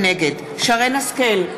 נגד שרן השכל,